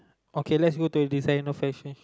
okay let's go to you know designer fashion shop